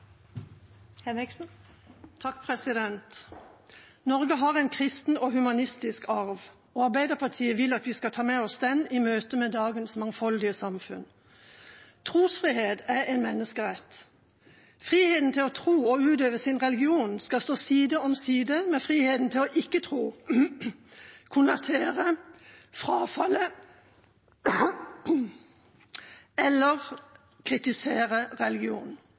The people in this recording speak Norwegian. Norge har en kristen og humanistisk arv, og Arbeiderpartiet vil at vi skal ta med oss den i møtet med dagens mangfoldige samfunn. Trosfrihet er en menneskerett. Friheten til å tro og utøve sin religion skal stå side om side med friheten til å ikke tro, konvertere, frafalle eller kritisere